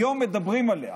היום מדברים עליה,